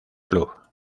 club